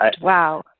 Wow